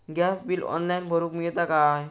Gas bill online भरुक मिळता काय?